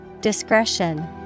Discretion